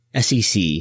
SEC